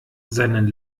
seinen